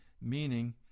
meaning